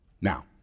Now